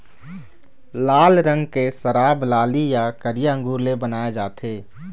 लाल रंग के शराब लाली य करिया अंगुर ले बनाए जाथे